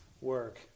work